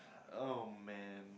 oh man